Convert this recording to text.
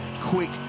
quick